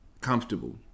Comfortable